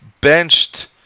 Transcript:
benched